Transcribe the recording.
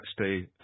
stay